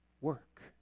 work